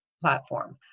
platform